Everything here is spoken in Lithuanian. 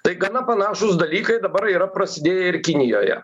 tai gana panašūs dalykai dabar yra prasidėję ir kinijoje